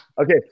Okay